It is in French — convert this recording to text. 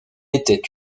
était